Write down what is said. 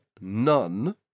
none